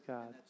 God